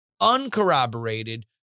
uncorroborated